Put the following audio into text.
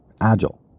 Agile